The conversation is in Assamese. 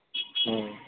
অঁ